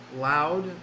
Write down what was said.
loud